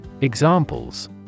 Examples